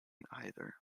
either